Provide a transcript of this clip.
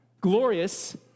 Glorious